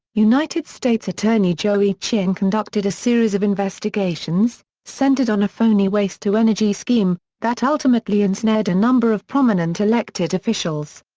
united states attorney joey chin conducted a series of investigations, centered on a phony waste-to-energy scheme, that ultimately ensnared a number of prominent elected officials.